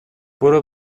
برو